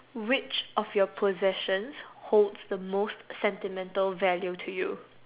which of your possessions holds the most sentimental value to you